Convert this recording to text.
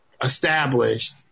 established